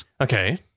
Okay